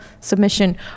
submission